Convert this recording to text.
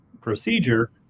procedure